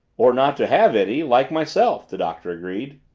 or not to have any like myself! the doctor agreed.